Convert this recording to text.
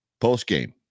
post-game